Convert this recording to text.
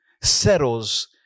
settles